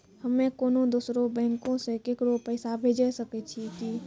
हम्मे कोनो दोसरो बैंको से केकरो पैसा भेजै सकै छियै कि?